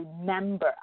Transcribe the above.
remember